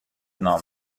نام